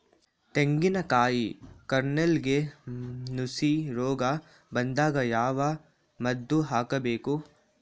ತೆಂಗಿನ ಕಾಯಿ ಕಾರ್ನೆಲ್ಗೆ ನುಸಿ ರೋಗ ಬಂದಾಗ ಯಾವ ಮದ್ದು ಹಾಕಬೇಕು?